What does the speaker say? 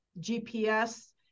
GPS